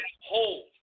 hold